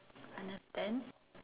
understand